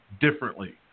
differently